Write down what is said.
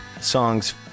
songs